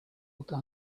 looked